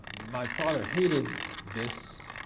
my father hated this,